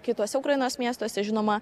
kituose ukrainos miestuose žinoma